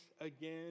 again